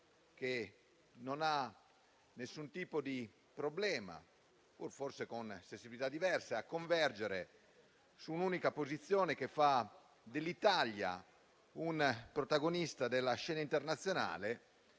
che non ha alcun tipo di problema, pur forse con sensibilità diverse, a convergere su un'unica posizione che fa dell'Italia un protagonista della scena internazionale.